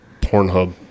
Pornhub